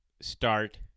start